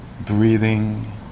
breathing